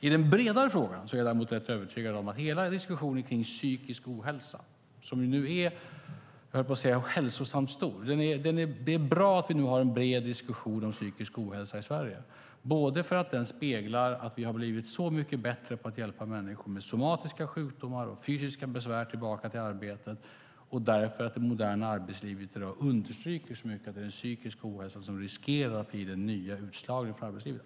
I den bredare frågan vill jag säga att hela diskussionen kring psykisk ohälsa nu är hälsosamt stor. Det är bra att vi nu har en bred diskussion om psykisk ohälsa i Sverige, både därför att den speglar att vi har blivit så mycket bättre på att hjälpa människor med somatiska sjukdomar och fysiska besvär tillbaka till arbetet och därför att det moderna arbetslivet i dag understryker så mycket att det är den psykiska ohälsan som riskerar att bli den nya utslagningen från arbetslivet.